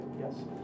Yes